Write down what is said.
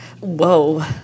Whoa